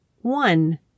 one